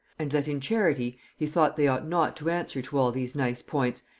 and that in charity he thought, they ought not to answer to all these nice points,